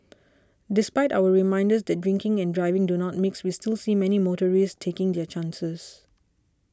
despite our reminders that drinking and driving do not mix we still see many motorists taking their chances